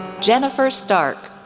jennifer stark,